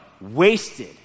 wasted